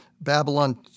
Babylon